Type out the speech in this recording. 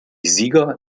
sieger